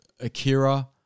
akira